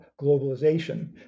globalization